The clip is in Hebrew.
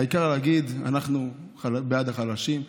העיקר להגיד: אנחנו בעד החלשים.